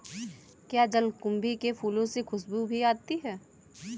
क्या जलकुंभी के फूलों से खुशबू भी आती है